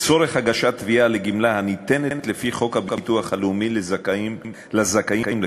לצורך הגשת תביעה לגמלה הניתנת לפי חוק הביטוח הלאומי לזכאים לכך.